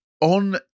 on